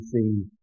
see